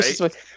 right